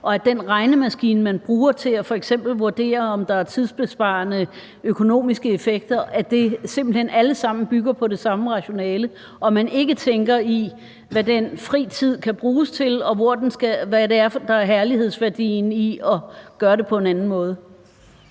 og at den regnemaskine, man bruger til f.eks. at vurdere, om der er tidsbesparende økonomiske effekter, simpelt hen bygger på det samme rationale, og at man ikke tænker i, hvad den fri tid kan bruges til, og hvad det er, der er herlighedsværdien i at gøre det på en anden måde?